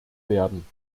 werden